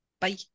bye